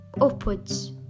upwards